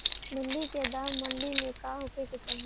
भिन्डी के दाम मंडी मे का होखे के चाही?